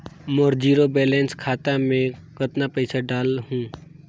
मोर zero balance खाता मे कतना पइसा डाल हूं?